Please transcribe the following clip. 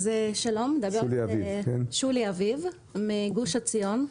שלום, אני מגוש עציון.